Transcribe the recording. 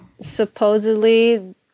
Supposedly